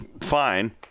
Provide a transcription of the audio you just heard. Fine